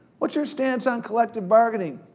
what's your stance on collective bargaining?